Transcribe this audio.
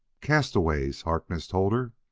castaways, harkness told her.